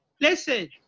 listen